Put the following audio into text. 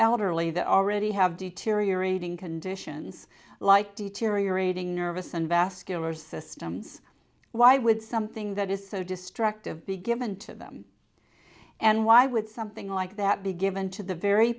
elderly that already have deteriorating conditions like deteriorating nervous and vascular systems why would something that is so destructive be given to them and why would something like that be given to the very